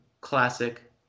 classic